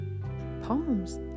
poems